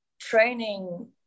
training